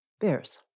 bears